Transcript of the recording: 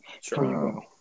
Sure